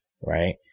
right